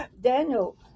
Daniel